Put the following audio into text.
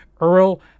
Earl